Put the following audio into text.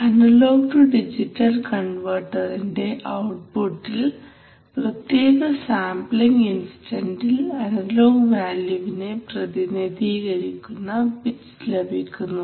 analogue to digital കൺവെർട്ടറിന്റെ ഔട്ട്പുട്ടിൽ പ്രത്യേക സാംപ്ലിങ് ഇൻസ്റ്റന്റിൽ അനലോഗ് വാല്യുവിനെ പ്രതിനിധീകരിക്കുന്ന ബിറ്റ്സ് ലഭിക്കുന്നു